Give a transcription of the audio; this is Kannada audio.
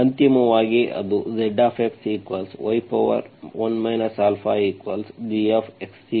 ಅಂತಿಮವಾಗಿ ಅದು Zx y1 αgxC